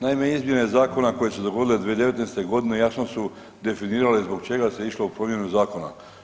Naime, izmjene zakona koje su se dogodile 2019. godine jasno su definirale zbog čega se išlo u promjenu zakona.